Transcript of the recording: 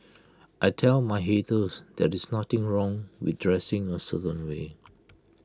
I tell my haters that is nothing wrong with dressing A certain way